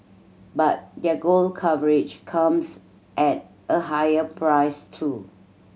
but their global coverage comes at a higher price too